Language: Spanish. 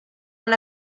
una